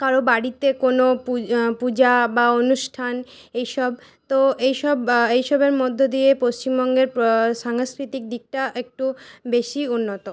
কারো বাড়িতে কোন পূজা পূজা বা অনুষ্ঠান এইসব তো এইসবের মধ্য দিয়ে পশ্চিমবঙ্গের সাংস্কৃতিক দিকটা একটু বেশীই উন্নত